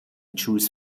choose